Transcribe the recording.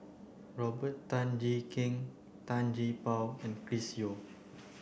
Robert Tan Jee Keng Tan Gee Paw and Chris Yeo